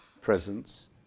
presence